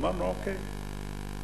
ואמרנו: אוקיי,